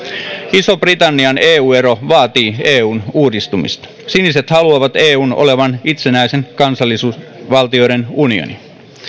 ison britannian eu ero vaatii eun uudistumista siniset haluavat eun olevan itsenäisten kansallisvaltioiden unioni